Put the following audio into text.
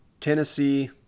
Tennessee –